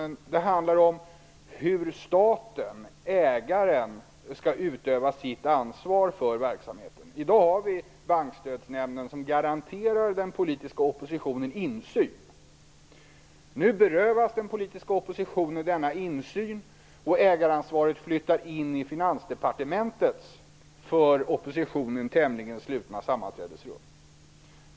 Det handlar om hur staten, ägaren, skall utöva sitt ansvar för verksamheten. I dag har vi bankstödsnämnden som garanterar den politiska oppositionen insyn. Nu berövas den politiska oppositionen denna insyn, och ägaransvaret flyttar in i Finansdepartementets för oppositionen tämligen slutna sammanträdesrum.